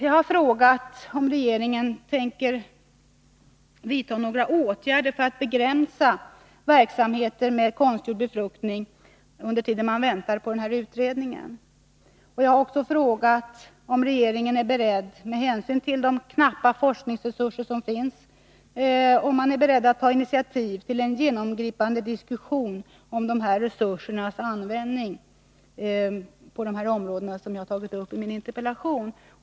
Jag har frågat om regeringen tänker vidta några åtgärder för att begränsa verksamheten med konstgjord befruktning under den tid vi väntar på den sittande utredningens resultat. Jag har också frågat om regeringen är beredd — med hänsyn till de knappa forskningsresurser som finns — att ta initiativ till en genomgripande diskussion om dessa resursers användning på de områden som jag berört i min interpellation.